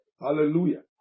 Hallelujah